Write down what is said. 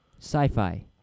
Sci-fi